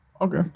Okay